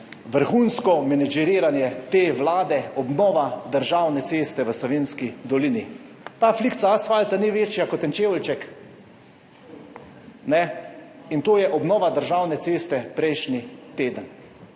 vrhunsko menedžiranje te vlade – obnova državne ceste v Savinjski dolini. Ta flikca asfalta ni večja kot en čeveljček. In to je obnova državne ceste prejšnji teden.